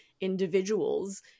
individuals